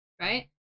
right